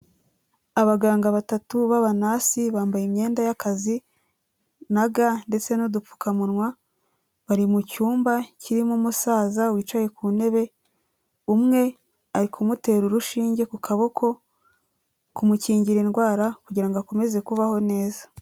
Abaganga batatu babanasi bambaye imyenda y'akazi na ga ndetse n'udupfukamunwa, bari mu cyumba kirimo umusaza wicaye ku ntebe, umwe ari kumutera urushinge ku kaboko, kumukingira indwara kugira ngo akomeze kubaho neza.